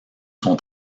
son